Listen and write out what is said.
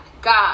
god